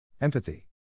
Empathy